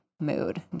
mood